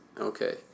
Okay